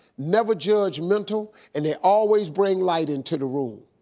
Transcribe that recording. never judgemental, and they always bring light into the room.